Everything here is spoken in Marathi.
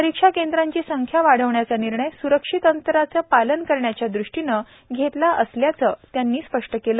परीक्षा केंद्रांची संख्या वाढवण्याचा निर्णय सुरक्षित अंतराचं पालन करण्याच्या दृष्टीनं घेतला आहे असं त्यांनी स्पष्ट केलं